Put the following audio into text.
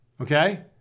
okay